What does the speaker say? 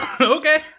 okay